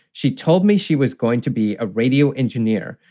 she told me she was going to be a radio engineer.